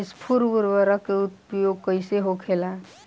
स्फुर उर्वरक के उपयोग कईसे होखेला?